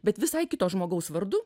bet visai kito žmogaus vardu